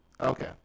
okay